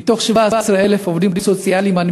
ובתוך 17,000 עובדים סוציאליים יש,